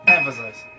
Emphasize